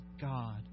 God